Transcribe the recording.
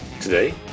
Today